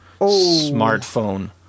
smartphone